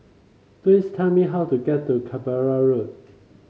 please tell me how to get to Canberra Road